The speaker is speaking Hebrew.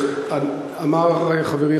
אמר חברי,